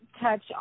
touch